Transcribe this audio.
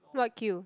what queue